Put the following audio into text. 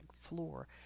floor